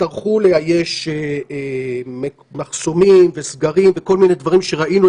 יצטרכו לאייש מחסומים וסגרים וכל מיני דברים שראינו,